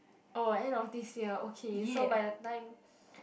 oh end of this year okay so by the time